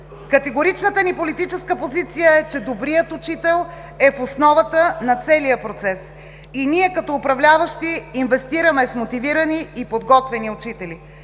Категоричната ни политическа позиция е, че добрият учител е в основата на целия процес и ние, като управляващи, инвестираме в мотивирани и подготвени учители.